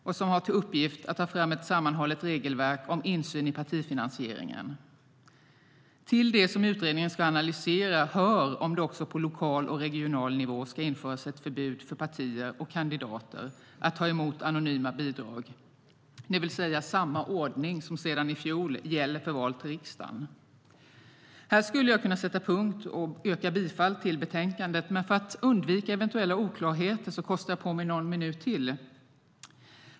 Den har till uppgift att ta fram ett sammanhållet regelverk om insyn i partifinansieringen. Till det som utredningen ska analysera hör om det också på lokal och regional nivå ska införas ett förbud för partier och kandidater att ta emot anonyma bidrag, det vill säga samma ordning som sedan i fjol gäller för val till riksdagen. Här skulle jag kunna sätta punkt och yrka bifall till förslaget i betänkandet. Men för att undvika eventuella oklarheter kostar jag på mig någon minut till.